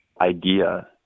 idea